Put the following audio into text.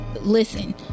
listen